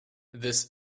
this